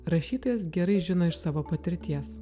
rašytojas gerai žino iš savo patirties